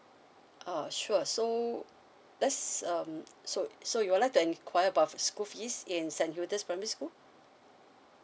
ah sure so that's um so so you would like to inquire about school fees in sanyudas primary school